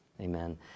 Amen